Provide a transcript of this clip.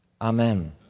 Amen